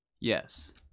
Yes